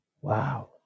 Wow